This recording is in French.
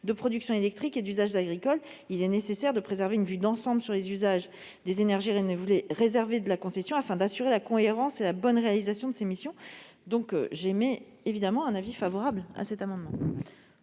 de production électrique et d'usages agricoles. Aussi, il est nécessaire de préserver une vue d'ensemble sur les usages des énergies réservées de la concession afin d'assurer la cohérence et la bonne réalisation de ces missions. Je mets aux voix l'amendement